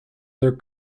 their